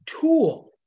tool